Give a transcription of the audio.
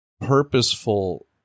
purposeful